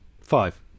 Five